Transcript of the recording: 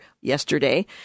yesterday